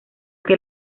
que